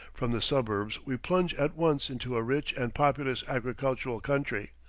from the suburbs we plunge at once into a rich and populous agricultural country,